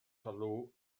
sylw